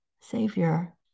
savior